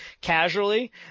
casually